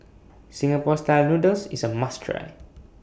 Singapore Style Noodles IS A must Try